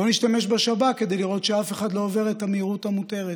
בואו נשתמש בשב"כ כדי לראות שאף אחד לא עובר את המהירות המותרת,